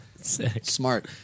Smart